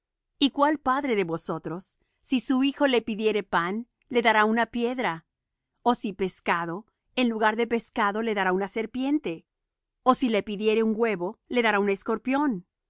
y cuál padre de vosotros si su hijo le pidiere pan le dará una piedra ó si pescado en lugar de pescado le dará una serpiente o si le pidiere un huevo le dará un escorpión